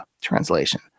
translation